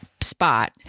spot